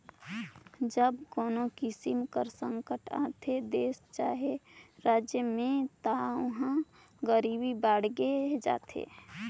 जब कोनो किसिम कर संकट आथे देस चहे राएज में ता उहां गरीबी बाड़गे जाथे